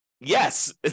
yes